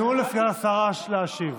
תנו לסגן השרה להשיב.